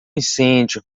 incêndio